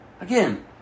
Again